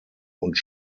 und